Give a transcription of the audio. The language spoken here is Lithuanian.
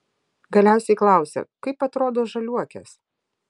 galiausiai klausia kaip atrodo žaliuokės